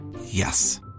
Yes